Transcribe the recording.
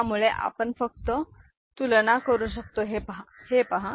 त्यामुळे आपण फक्त तुलना करू शकतो हे पहा